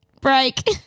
break